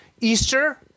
Easter